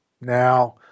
Now